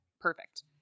Perfect